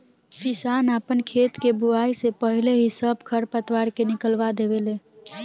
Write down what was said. किसान आपन खेत के बोआइ से पाहिले ही सब खर पतवार के निकलवा देवे ले